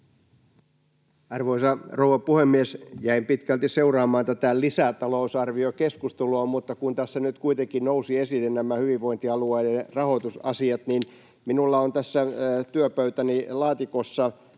Arvoisa rouva puhemies! Jäin pitkälti seuraamaan tätä lisätalousarviokeskustelua, mutta kun tässä nyt kuitenkin nousivat esille hyvinvointialueiden rahoitusasiat: Minulla on tässä työpöytäni laatikossa julkisen